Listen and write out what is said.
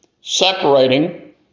separating